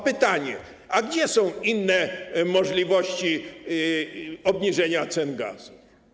Pytanie, gdzie są inne możliwości obniżenia cen gazu.